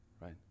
right